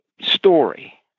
story